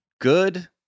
good